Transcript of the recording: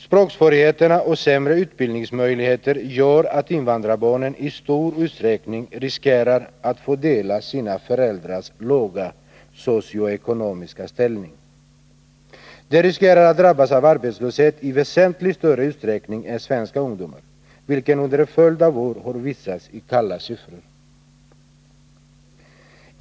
Språksvårigheterna och sämre utbildningsmöjligheter gör att invandrarbarnen i stor utsträckning riskerar att få dela sina föräldrars låga socioekonomiska ställning. De riskerar att drabbas av arbetslöshet i väsentligt större utsträckning än svenska ungdomar, vilket under en följd av år har visats i kalla siffror.